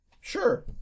sure